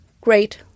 great